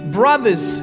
brothers